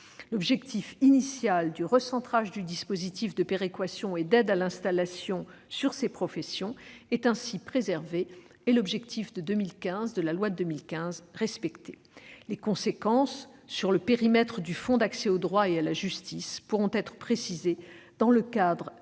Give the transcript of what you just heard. L'objectif initial du recentrage du dispositif de péréquation et d'aide à l'installation sur ces professions est ainsi préservé, et l'objectif de la loi de 2015, respecté. Les conséquences sur le périmètre du fonds interprofessionnel d'accès au droit et à la justice pourront être précisées dans le cadre de